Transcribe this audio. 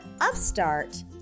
Upstart